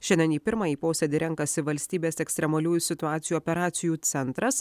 šiandien į pirmąjį posėdį renkasi valstybės ekstremaliųjų situacijų operacijų centras